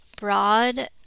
broad